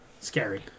Scary